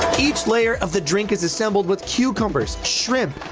each layer of the drink is assembled with cucumbers shrimp.